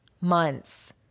months